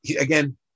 again